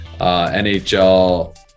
NHL